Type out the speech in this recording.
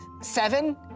seven